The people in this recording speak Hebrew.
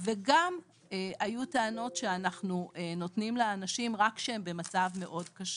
וגם היו טענות שאנחנו נותנים לאנשים רק כשהם במצב מאוד קשה.